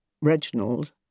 Reginald